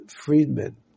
Friedman